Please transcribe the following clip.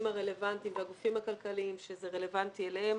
הרלוונטיים והגופים הכלכליים שזה רלוונטי להם,